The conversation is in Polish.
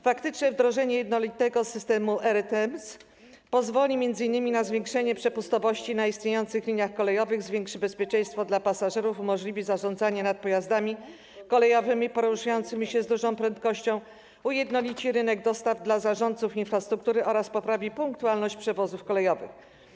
Faktyczne wdrożenie jednolitego systemu ERTMS pozwoli m.in. na zwiększenie przepustowości na istniejących liniach kolejowych, zwiększy bezpieczeństwo pasażerów, umożliwi zarządzanie pojazdami kolejowymi poruszającymi się z dużą prędkością, ujednolici rynek dostaw dla zarządców infrastruktury oraz poprawi punktualność przewozów kolejowych.